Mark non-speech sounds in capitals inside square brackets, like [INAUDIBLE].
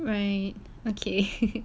okay [LAUGHS]